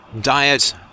diet